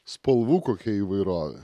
spalvų kokia įvairovė